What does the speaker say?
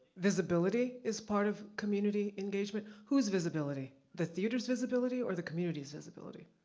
visibility, is part of community engagement? whose visibility? the theater's visibility or the community's visibility?